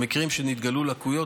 במקרים שנתגלו ליקויים,